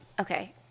Okay